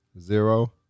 Zero